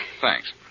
Thanks